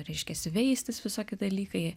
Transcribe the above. reiškiasi veistis visokie dalykai